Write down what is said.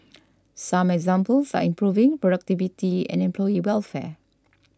some examples are improving productivity and employee welfare